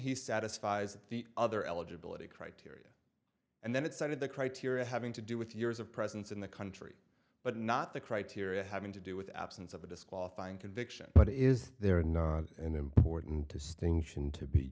he satisfies the other eligibility criteria and then it started the criteria having to do with years of presence in the country but not the criteria having to do with absence of a disqualifying conviction but is there no an important distinction to be